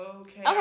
Okay